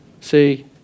See